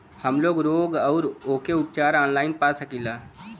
हमलोग रोग अउर ओकर उपचार भी ऑनलाइन पा सकीला?